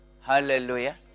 hallelujah